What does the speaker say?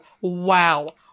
Wow